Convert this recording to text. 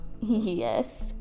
yes